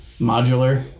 modular